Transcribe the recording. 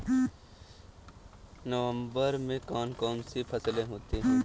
नवंबर में कौन कौन सी फसलें होती हैं?